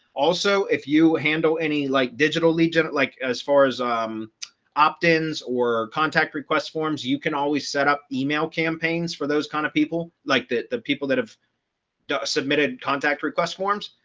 also, if you handle any like digital lead gen, like as far as um opt ins or contact request forms, you can always set up email campaigns for those kind of people. like the people that have submitted contact request forms,